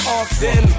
often